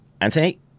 anthony